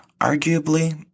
Arguably